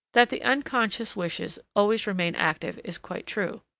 that the unconscious wishes always remain active is quite true.